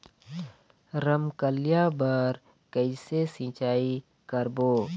रमकलिया बर कइसे सिचाई करबो?